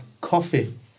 coffee